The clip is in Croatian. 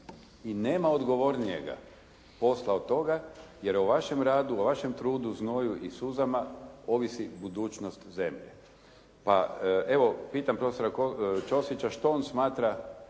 I nema odgovornijega posla od toga, jer o vašem radu, o vašem trudu, znoju i suzama ovisi budućnost zemlje. Pa evo pitam profesora Ćosića što on smatra